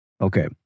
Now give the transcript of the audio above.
Okay